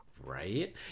Right